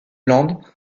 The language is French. land